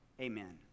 Amen